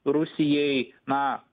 rusijai na